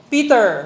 Peter